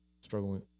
struggling